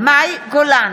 מאי גולן,